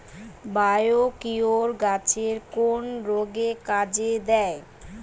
Biocure গাছের কোন রোগে কাজেদেয়?